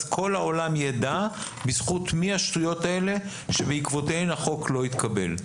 אז כל העולם ידע בזכות מי השטויות האלה בעקבותיהן החוק לא התקבל.